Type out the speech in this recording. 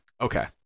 Okay